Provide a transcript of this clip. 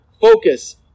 focus